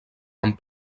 amb